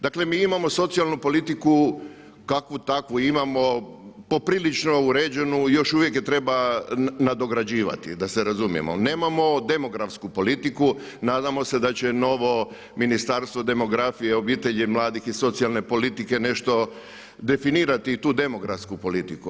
Dakle mi imamo socijalnu politiku, kakvu takvu imamo, poprilično uređenu i još uvijek je treba nadograđivati, da se razumijemo ali nemamo demografsku politiku, nadamo se da će novo ministarstvo demografije, obitelji i mladih i socijalne politike nešto definirati i tu demografsku politiku.